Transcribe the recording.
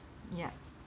yup